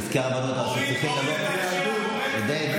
עודד,